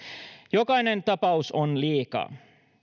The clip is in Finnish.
jokainen tapaus on liikaa